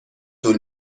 طول